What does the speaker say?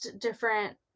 different